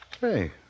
Hey